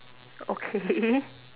okay